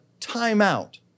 timeout